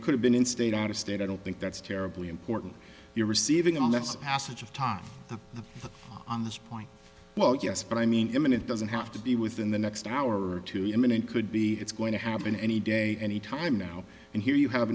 it could have been in state out of state i don't think that's terribly important you're receiving unless passage of time on this point well yes but i mean imminent doesn't have to be within the next hour or two imminent could be it's going to happen any day any time now and here you have